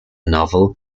novel